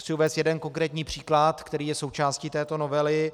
Chci uvést jeden konkrétní příklad, který je součástí této novely.